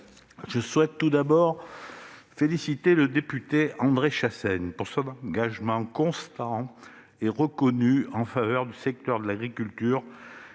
Je souhaite féliciter le député André Chassaigne pour son engagement constant et reconnu en faveur du secteur de l'agriculture